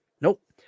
Nope